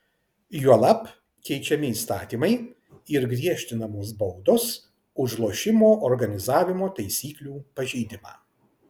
juolab keičiami įstatymai ir griežtinamos baudos už lošimo organizavimo taisyklių pažeidimą